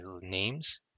names